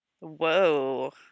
Whoa